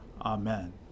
Amen